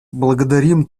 благодарим